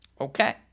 Okay